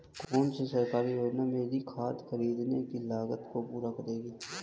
कौन सी सरकारी योजना मेरी खाद खरीदने की लागत को पूरा करेगी?